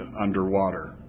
underwater